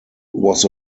was